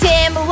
Tim